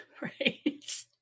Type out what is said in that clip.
right